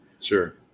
Sure